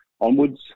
onwards